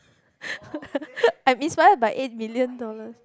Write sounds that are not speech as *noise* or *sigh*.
*laughs* I'm inspired by eight million dollars